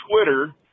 Twitter